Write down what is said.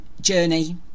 journey